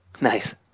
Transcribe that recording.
Nice